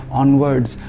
onwards